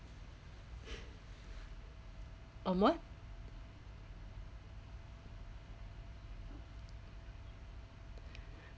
on what